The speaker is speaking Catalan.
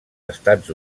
estats